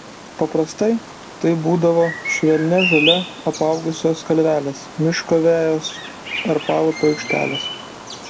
paprastai tai būdavo švelnia žole apaugusios kalvelės miško vejos ar paupio aikštelės